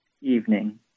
evening